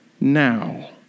now